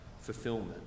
fulfillment